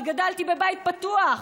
כי גדלתי בבית פתוח.